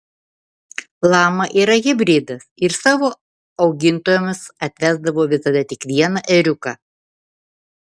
lama yra hibridas ir savo augintojams atvesdavo visada tik vieną ėriuką